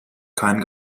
kein